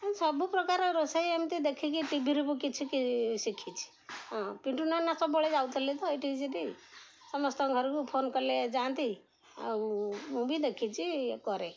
ସବୁପ୍ରକାର ରୋଷେଇ ଏମିତି ଦେଖିକି ଟିଭିରୁ ବି କିଛି କି ଶିଖିଛି ହଁ ପିଣ୍ଟୁ ନନା ସବୁବେଳେ ଯାଉଥିଲେ ତ ଏଇଠି ସେଠି ସମସ୍ତଙ୍କ ଘରକୁ ଫୋନ କଲେ ଯାଆନ୍ତି ଆଉ ମୁଁ ବି ଦେଖିଛି କରେ